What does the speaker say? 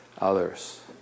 others